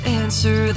answer